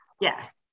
Yes